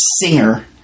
singer